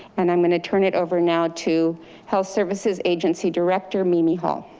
and i'm going to turn it over now to health services agency director, mimi hall.